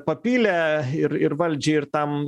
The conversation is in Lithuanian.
papylė ir ir valdžiai ir tam